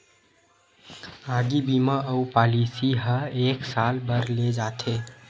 आगी बीमा अउ पॉलिसी ह एक साल बर ले जाथे